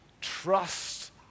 trust